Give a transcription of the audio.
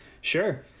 Sure